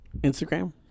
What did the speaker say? Instagram